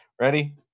Ready